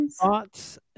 thoughts